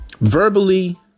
verbally